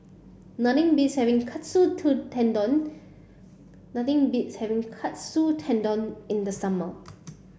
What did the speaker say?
beats having Katsu to Tendon nothing beats having Katsu Tendon in the summer